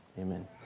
amen